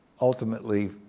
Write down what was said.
ultimately